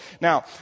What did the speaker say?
Now